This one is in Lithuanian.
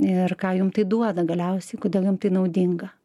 ir ką jum tai duoda galiausiai kodėl jum tai naudinga